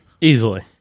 Easily